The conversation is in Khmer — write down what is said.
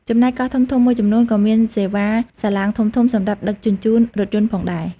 ចំណែកកោះធំៗមួយចំនួន ក៏មានសេវាសាឡាងធំៗសម្រាប់ដឹកជញ្ជូនរថយន្តផងដែរ។